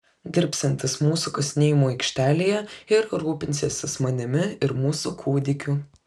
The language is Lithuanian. dirbsiantis mūsų kasinėjimų aikštelėje ir rūpinsiąsis manimi ir mūsų kūdikiu